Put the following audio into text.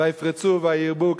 ויפרצו וירבו,